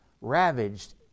ravaged